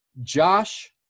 Josh